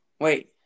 Wait